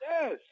Yes